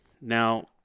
Now